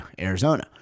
Arizona